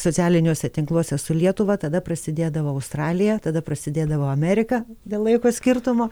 socialiniuose tinkluose su lietuva tada prasidėdavo australija tada prasidėdavo amerika dėl laiko skirtumo